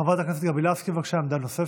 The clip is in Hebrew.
חברת הכנסת גבי לסקי, בבקשה, עמדה נוספת.